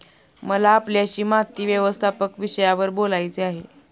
मला आपल्याशी माती व्यवस्थापन विषयावर बोलायचे आहे